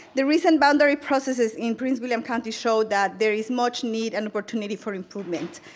the recent boundary processes in prince william county show that there is much need and opportunity for improvement.